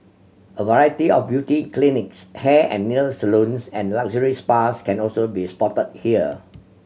a variety of beauty clinics hair and nail salons and luxury spas can also be spotted here